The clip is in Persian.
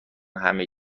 همه